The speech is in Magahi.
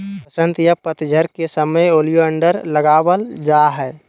वसंत या पतझड़ के समय ओलियंडर लगावल जा हय